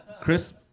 Chris